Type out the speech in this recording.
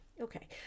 Okay